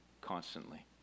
constantly